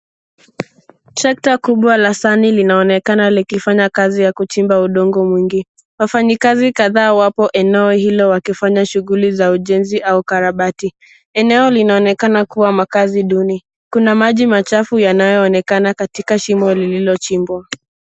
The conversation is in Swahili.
Trekta kubwa la sahani linaonekana likifanya kazi ya kuchimba udongo mwingi. Wafanyikazi kadhaa wapo katika eneo hilo wakifanya shughuli za ujenzi au ukarabati. Eneo linaonekana kuwa makazi duni. Kuna, maji machafu yanayoonekana katika shimo lililochimbwa.